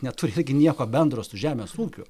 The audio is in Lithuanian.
neturi nieko bendro su žemės ūkiu